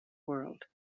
world